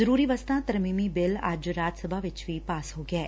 ਜ਼ਰੂਰੀ ਵਸਤਾਂ ਤਰਮੀਮੀ ਬਿੱਲ ਅੱਜ ਰਾਜ ਸਭਾ ਚ ਵੀ ਪਾਸ ਹੋ ਗਿਐ